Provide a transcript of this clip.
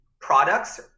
products